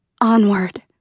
onward